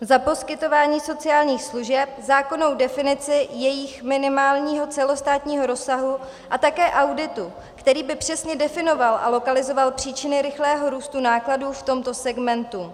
za poskytování sociálních služeb, zákonnou definici jejich minimálního celostátního rozsahu a také auditu, který by přesně definoval a lokalizoval příčiny rychlého růstu nákladů v tomto segmentu.